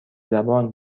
زبان